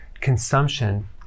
consumption